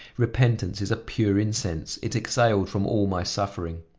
repentance is a pure incense it exhaled from all my suffering.